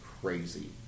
crazy